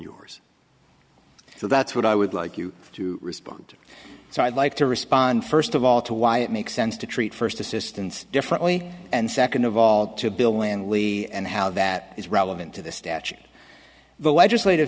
yours so that's what i would like you to respond so i'd like to respond first of all to why it makes sense to treat first assistants differently and second of all to bill lann lee and how that is relevant to the statute the legislative